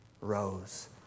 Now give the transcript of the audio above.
rose